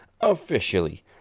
officially